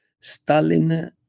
Stalin